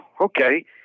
okay